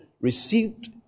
received